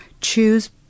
Choose